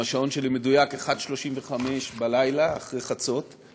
אם השעון שלי מדויק, 01:35 אחרי חצות,